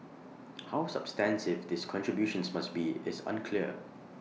how substantive these contributions must be is unclear